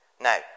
Now